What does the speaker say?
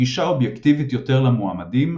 גישה אובייקטיבית יותר למועמדים,